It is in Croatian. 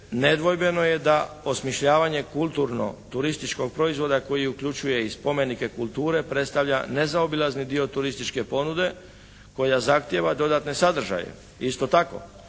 nedvojbeno je da osmišljavanje kulturno-turističkog proizvoda koji uključuje i spomenike kulture predstavlja nezaobilazni dio turističke ponude koja zahtijeva dodatne sadržaje. Isto tako,